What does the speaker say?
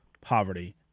poverty